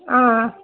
ஆ